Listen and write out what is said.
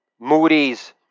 Moody's